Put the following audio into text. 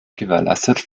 gewährleistet